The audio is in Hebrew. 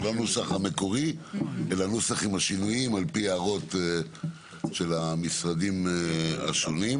זה לא הנוסח המקורי אלא נוסח עם שינויים על פי הערות של המשרדים השונים.